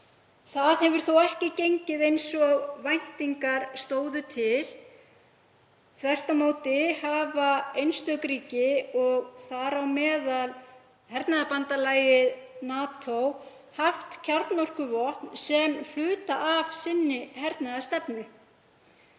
Það hefur þó ekki gengið eins og væntingar stóðu til. Þvert á móti hafa einstök ríki, og þar á meðal hernaðarbandalagið NATO, haft kjarnorkuvopn sem hluta af hernaðarstefnu